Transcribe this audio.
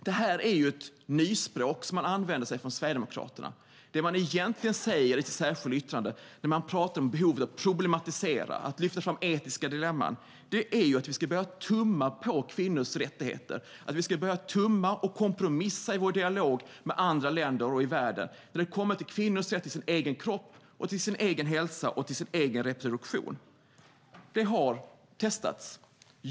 Det här är ett nyspråk som Sverigedemokraterna använder. Det man egentligen säger i sitt särskilda yttrande när man pratar om behovet av att problematisera och att lyfta fram etiska dilemman är ju att vi ska börja tumma på kvinnors rättigheter, att vi ska börja tumma och kompromissa i vår dialog med andra länder i världen när det kommer till kvinnors rätt till sin egen kropp, till sin egen hälsa och till sin egen reproduktion. Det har testats.